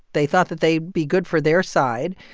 they thought that they'd be good for their side.